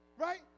Right